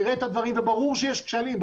יראה את הדברים וברור שיש כשלים.